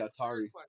Atari